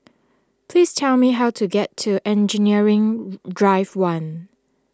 please tell me how to get to Engineering Drive one